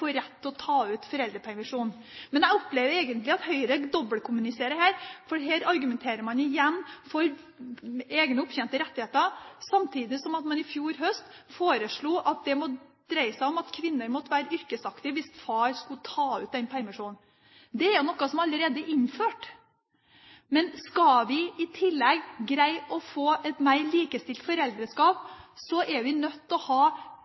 rett til å ta ut foreldrepermisjon. Jeg opplever egentlig at Høyre dobbeltkommuniserer her, for her argumenterer man igjen for egne opptjente rettigheter, samtidig som at man i fjor høst foreslo at kvinner måtte være yrkesaktive hvis far skulle ta ut den permisjonen. Det er noe som allerede er innført, men skal vi i tillegg greie å få et mer likestilt foreldreskap, er vi nødt til å ha